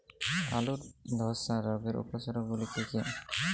আলুর ধসা রোগের উপসর্গগুলি কি কি?